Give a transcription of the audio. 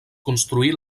construí